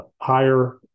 higher